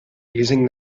using